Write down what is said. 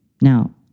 Now